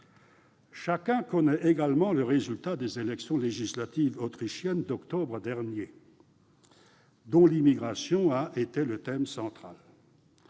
Chacun connaît également le résultat des élections législatives autrichiennes d'octobre dernier, dont l'immigration a été le thème central.